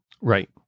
Right